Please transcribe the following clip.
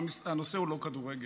הנושא הוא לא כדורגל,